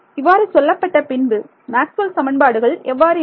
இவ்வாறு சொல்லப்பட்ட பின்பு மேக்ஸ்வெல் சமன்பாடுகள் எவ்வாறு இருக்கும்